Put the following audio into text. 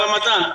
ברמדאן.